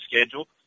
schedule